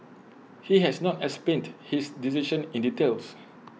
he has not explained his decision in details